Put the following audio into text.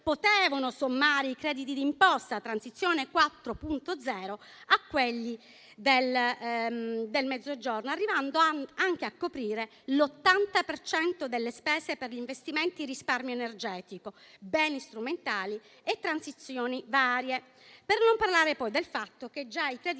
potevano sommare i crediti d'imposta Transizione 4.0 a quelli del Mezzogiorno, arrivando a coprire anche l'80 per cento delle spese per gli investimenti in risparmio energetico, beni strumentali e transizioni varie. Per non parlare poi del fatto che già i crediti